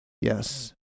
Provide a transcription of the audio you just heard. yes